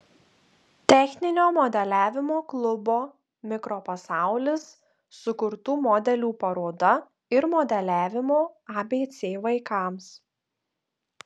techninio modeliavimo klubo mikropasaulis sukurtų modelių paroda ir modeliavimo abc vaikams